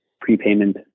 prepayment